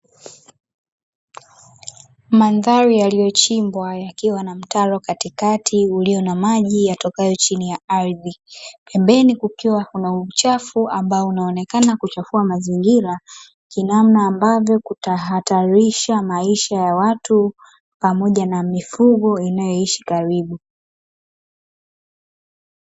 Mandhari yaliyochimbwa yakiwa na mtaro katikati ulio na maji yatokayo chini ya ardhi. Pembeni kukiwa kuna uchafu ambao unaonekana kuchafua mazingira, kinamna ambavyo kutahatarisha maisha ya watu, pamoja na mifugo inayoishi karibu.